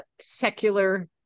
secular